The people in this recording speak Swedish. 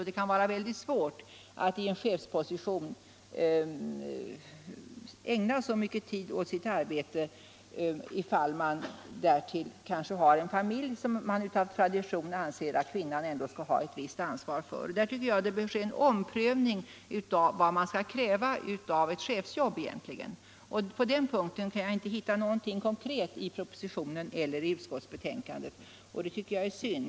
Det kan vara svårt att i en chefsposition ägna så mycken tid åt sitt arbete om man därtill har en familj, som det ju anses att kvinnan skall ha ett visst ansvar för. Det behövs en omprövning av vad som skall krävas i ett chefsarbete. På den punkten kan jag inte hitta någonting konkret i propositionen eller i utskottsbetänkandet, och det tycker jag är synd.